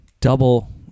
double